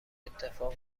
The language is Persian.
اتفاق